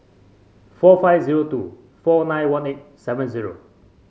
four five zero two four nine one eight seven zero